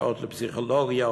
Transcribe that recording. שעות לפסיכולוגיה,